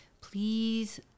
Please